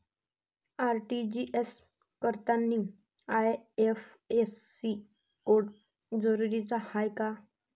RTGS करतांनी IFSC code जरुरीचा हाय का?